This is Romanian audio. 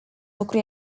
lucru